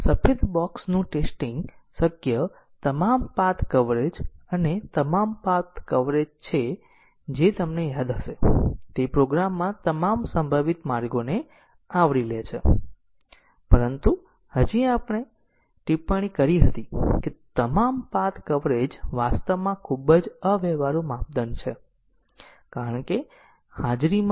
તેથી સ્ટેટમેન્ટનો સિકવન્સ પ્રકાર પણ 1 થી ખૂબ જ સાહજિક છે જે કંટ્રોલ 2 અથવા 3 માં ટ્રાન્સફર થાય છે અને જલદી 2 અથવા 2 અથવા 3 કંટ્રોલ પૂર્ણ થાય છે તે આગલા સ્ટેટમેન્ટ પર જાય છે